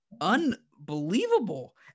unbelievable